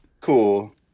cool